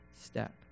step